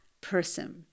person